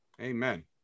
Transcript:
Amen